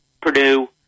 Purdue